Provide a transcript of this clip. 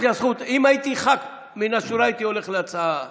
אם הייתי ח"כ מן השורה הייתי הולך להצעה נוספת.